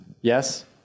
Yes